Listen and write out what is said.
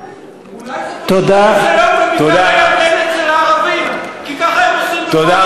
אולי זה, אצל הערבים, כי ככה הם עושים בכל, תודה.